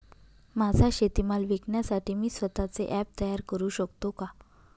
माझा शेतीमाल विकण्यासाठी मी स्वत:चे ॲप तयार करु शकतो का?